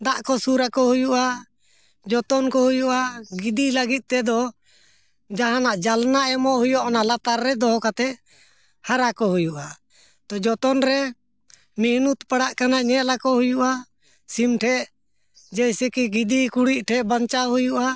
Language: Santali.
ᱫᱟᱜ ᱠᱚ ᱥᱩᱨ ᱟᱠᱚ ᱦᱩᱭᱩᱜᱼᱟ ᱡᱚᱛᱚᱱ ᱠᱚ ᱦᱩᱭᱩᱜᱼᱟ ᱜᱤᱰᱤ ᱞᱟᱹᱜᱤᱫ ᱛᱮᱫᱚ ᱡᱟᱦᱟᱱᱟᱜ ᱡᱟᱞᱱᱟ ᱮᱢᱚᱜ ᱦᱩᱭᱩᱜᱼᱟ ᱚᱱᱟ ᱞᱟᱛᱟᱨ ᱨᱮ ᱫᱚᱦᱚ ᱠᱟᱛᱮ ᱦᱟᱨᱟ ᱠᱚ ᱦᱩᱭᱩᱜᱼᱟ ᱛᱚ ᱡᱚᱛᱚᱱ ᱨᱮ ᱢᱤᱦᱱᱩᱛ ᱯᱟᱲᱟᱜ ᱠᱟᱱᱟ ᱧᱮᱞ ᱟᱠᱚ ᱦᱩᱭᱩᱜᱼᱟ ᱥᱤᱢ ᱴᱷᱮᱱ ᱡᱮᱭᱥᱮ ᱠᱤ ᱜᱤᱫᱤ ᱠᱩᱲᱤᱫ ᱴᱷᱮᱱ ᱵᱟᱧᱪᱟᱣ ᱦᱩᱭᱩᱜᱼᱟ